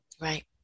Right